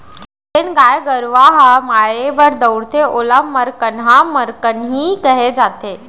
जेन गाय गरूवा ह मारे बर दउड़थे ओला मरकनहा मरकनही कहे जाथे